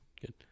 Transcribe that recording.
Good